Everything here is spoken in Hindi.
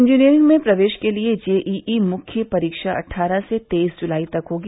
इंजीनियरिंग में प्रवेश के लिए जेईई मुख्य परीक्षा अट्ठारह से तेईस जुलाई तक होगी